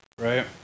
right